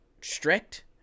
strict